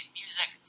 music